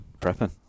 Prepping